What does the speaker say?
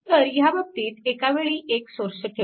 तर ह्या बाबतीत एकावेळी एक सोर्स ठेवू